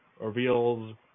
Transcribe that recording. reveals